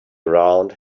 around